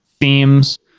themes